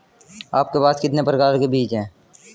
आपके पास कितने प्रकार के बीज हैं?